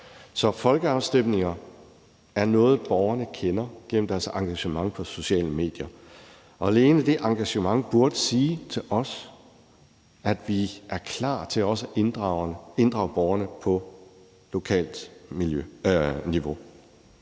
Så folkeafstemninger er noget, borgerne kender gennem deres engagement på sociale medier, og alene det engagement burde sige os, at vi er klar til også at inddrage borgerne på lokalt niveau.